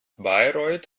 bayreuth